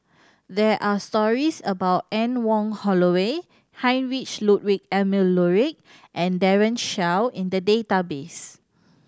there are stories about Anne Wong Holloway Heinrich Ludwig Emil Luering and Daren Shiau in the database